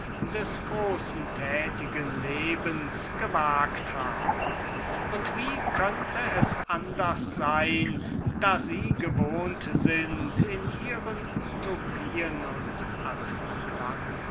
des würksamen lebens gewaget haben und wie hätte es anders sein können da sie gewohnt waren in ihren utopien und